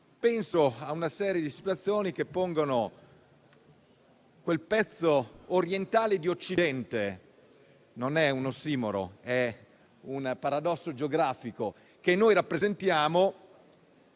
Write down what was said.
penso a una serie di situazioni che pongono quel pezzo orientale di Occidente - non è un ossimoro, ma un paradosso geografico - che noi rappresentiamo